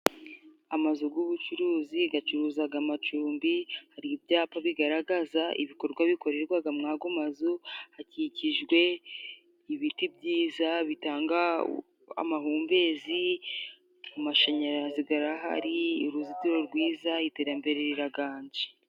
Amazu g'ubucuruzi gacuruzaga amacumbi. Hari ibyapa bigaragaza ibikorwa bikorerwaga muri ago mazu, hakikijwe ibiti byiza bitanga amahumbezi. Amashanyarazi garahari, uruzitiro rwiza iterambere riraganje.